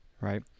right